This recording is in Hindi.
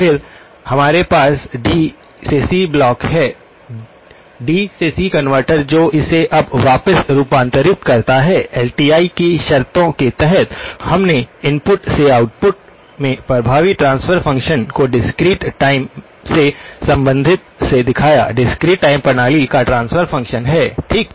फिर हमारे पास डी से सी ब्लॉक है डी से सी कनवर्टर जो इसे अब वापस रूपांतरित करता है एल टी आई की शर्तों के तहत हमने इनपुट से आउटपुट में प्रभावी ट्रांसफर फ़ंक्शन को डिस्क्रीट टाइम से संबंधित से दिखाया डिस्क्रीट टाइम प्रणाली का ट्रांसफर फ़ंक्शन है ठीक